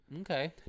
Okay